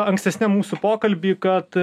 ankstesniam mūsų pokalby kad